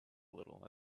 little